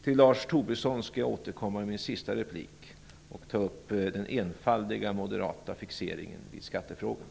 Till Lars Tobisson skall jag återkomma i min sista replik, där jag skall ta upp den enfaldiga moderata fixeringen vid skattefrågorna.